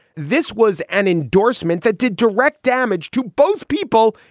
this was an endorsement that did direct damage to both people.